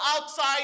outside